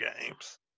games